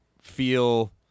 feel